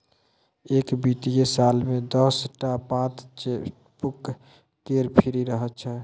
एक बित्तीय साल मे दस टा पात चेकबुक केर फ्री रहय छै